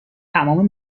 تمام